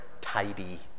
tidy